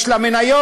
יש לה מניות,